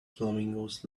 flamingos